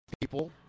people